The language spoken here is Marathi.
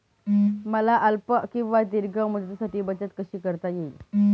मला अल्प किंवा दीर्घ मुदतीसाठी बचत कशी करता येईल?